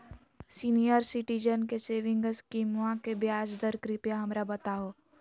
senior citizen के saving स्कीमवा के ब्याज दर कृपया हमरा बताहो